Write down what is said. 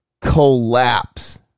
collapse